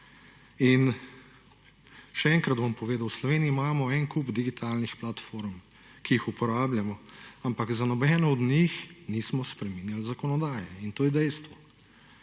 in še enkrat bom povedal, v Sloveniji imamo en kup digitalnih platform, ki jih uporabljamo, ampak za nobeno od njih nismo spreminjal zakonodaje in to je dejstvo.